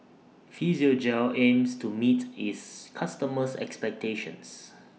Physiogel aims to meet its customers' expectations